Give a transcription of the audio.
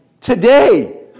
Today